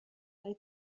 های